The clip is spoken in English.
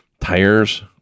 Tires